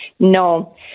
No